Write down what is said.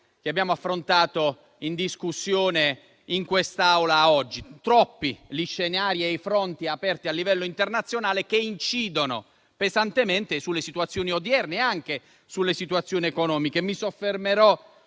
che abbiamo affrontato in discussione in quest'Aula oggi. Sono troppi gli scenari e i fronti aperti a livello internazionale che incidono pesantemente sulle situazioni odierne, anche sulle situazioni economiche. Mi soffermerò